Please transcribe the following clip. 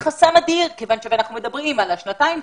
זה חסם אדיר כיוון שאנחנו מדברים על שנתיים,